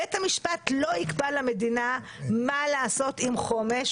בית המשפט לא יקבע למדינה מה לעשות עם חומש.